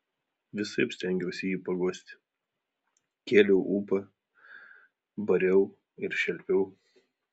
visaip stengiausi jį paguosti kėliau ūpą bariau ir šelpiau